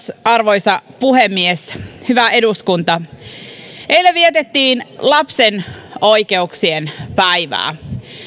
arvoisa puhemies hyvä eduskunta eilen vietettiin lapsen oikeuksien päivää